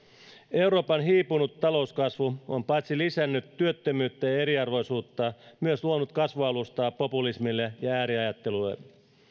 euroopan hiipunut talouskasvu on paitsi lisännyt työttömyyttä ja eriarvoisuutta myös luonut kasvualustaa populismille ja ääriajattelulle